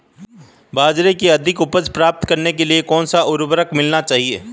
बाजरे की अधिक उपज प्राप्त करने के लिए कौनसा उर्वरक मिलाना चाहिए?